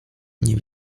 nie